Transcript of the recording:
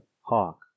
hawk